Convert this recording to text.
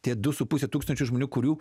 tie du su puse tūkstančių žmonių kurių